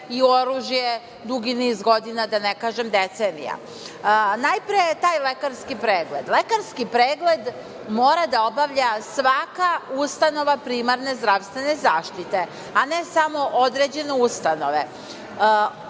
i oružje dugi niz godina, da ne kažem decenijama. Najpre, taj lekarski pregleda. Lekarski pregled mora da obavlja svaka ustanova primarne zdravstvene zaštite, a ne samo određene ustanove.